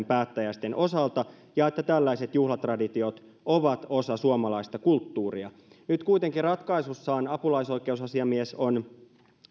päättäjäisten osalta ja että tällaiset juhlatraditiot ovat osa suomalaista kulttuuria nyt kuitenkin ratkaisussaan apulaisoikeusasiamies on